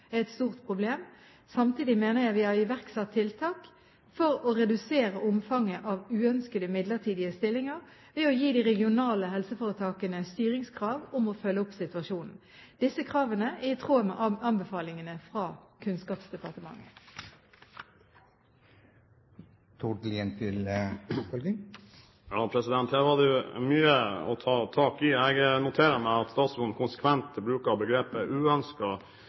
et stort problem. Samtidig mener jeg vi har iverksatt tiltak for å redusere omfanget av uønskede midlertidige stillinger ved å gi de regionale helseforetakene styringskrav om å følge opp situasjonen. Disse kravene er i tråd med anbefalingene fra Kunnskapsdepartementet. Ja, her var det mye å ta tak i. Jeg noterer meg at statsråden konsekvent bruker begrepet «uønskede midlertidige stillinger». Det er